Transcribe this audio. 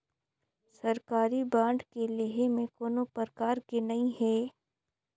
सरकारी बांड के लेहे में कोनो परकार के नइ हे